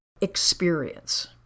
experience